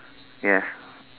yes